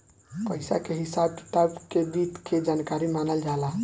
पइसा के हिसाब किताब के वित्त के जानकारी मानल जाला